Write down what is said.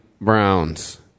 Browns